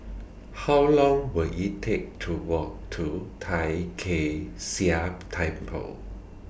How Long Will IT Take to Walk to Tai Kak Seah Temple